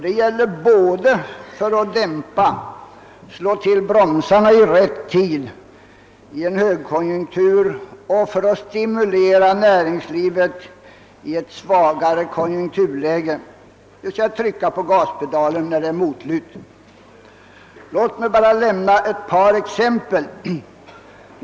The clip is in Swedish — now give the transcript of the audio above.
Det gäller både när man slagit till bromsarna i en högkonjunktur och när man velat stimulera näringslivet i ett svagare konjunkturläge, på samma sätt som man trycker på gaspedalen i ett motlut. Låt mig bara nämna ett par exempel.